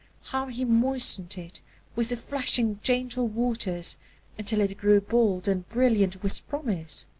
how he moistened it with flashing changeful waters until it grew bold and brilliant with promise!